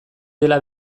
dela